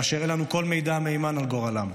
כאשר אין לנו כל מידע מהימן על גורלם.